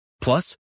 Plus